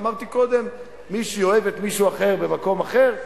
אמרתי קודם: מישהי אוהבת מישהו אחר במקום אחר,